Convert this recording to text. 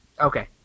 Okay